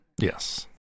Yes